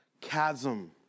chasm